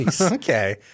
Okay